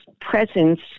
presence